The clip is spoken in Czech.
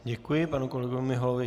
Děkuji panu kolegovi Miholovi.